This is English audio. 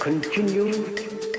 Continue